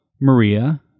Maria